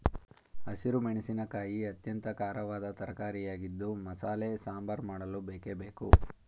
ಹಸಿರು ಮೆಣಸಿನಕಾಯಿ ಅತ್ಯಂತ ಖಾರವಾದ ತರಕಾರಿಯಾಗಿದ್ದು ಮಸಾಲೆ ಸಾಂಬಾರ್ ಮಾಡಲು ಬೇಕೇ ಬೇಕು